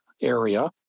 area